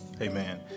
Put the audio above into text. Amen